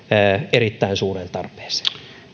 erittäin suureen tarpeeseen